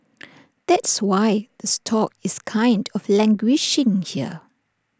that's why the stock is kind of languishing here